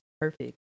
perfect